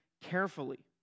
carefully